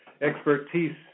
expertise